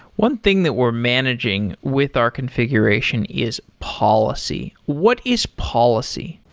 one thing that we're managing with our configuration is policy. what is policy?